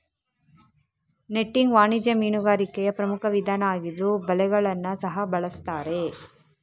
netting ವಾಣಿಜ್ಯ ಮೀನುಗಾರಿಕೆಯ ಪ್ರಮುಖ ವಿಧಾನ ಆಗಿದ್ರೂ ಬಲೆಗಳನ್ನ ಸಹ ಬಳಸ್ತಾರೆ